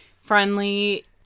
friendly